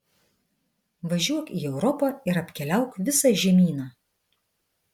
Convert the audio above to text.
važiuok į europą ir apkeliauk visą žemyną